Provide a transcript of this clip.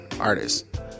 artists